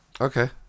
Okay